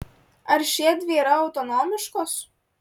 ar šiedvi yra autonomiškos